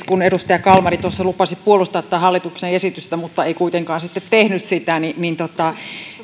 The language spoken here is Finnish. kun edustaja kalmari lupasi puolustaa tätä hallituksen esitystä mutta ei kuitenkaan sitten tehnyt sitä